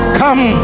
come